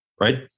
Right